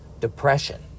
depression